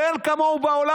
שאין כמוהו בעולם.